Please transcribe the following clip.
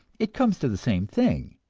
it comes to the same thing,